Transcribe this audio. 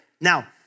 Now